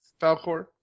Falcor